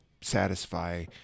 satisfy